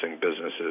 businesses